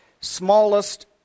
smallest